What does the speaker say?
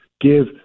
give